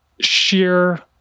sheer